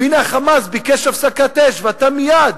והנה ה"חמאס" ביקש הפסקת אש ואתה מייד